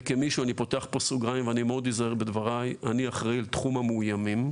ואני פותח פה סוגריים ומאוד אזהר בדבריי: כמי שאחראי על תחום המאוימים,